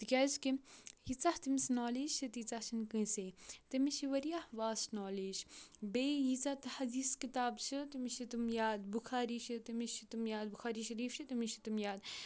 تِکیٛازِکہِ ییٖژاہ تٔمِس نالیج چھِ تیٖژاہ چھَنہٕ کٲنٛسے تٔمِس چھِ واریاہ واسٹ نالیج بیٚیہِ ییٖژاہ تہٕ ہدیٖث کِتاب چھِ تٔمِس چھِ تِم یاد بُخاری چھِ تٔمِس چھِ تِم یاد بُخاری شریٖف چھِ تٔمِس چھِ تِم یاد